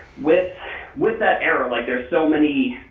with with that era like there's so many,